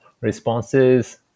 responses